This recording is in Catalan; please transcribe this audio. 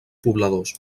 pobladors